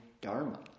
dharma